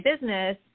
business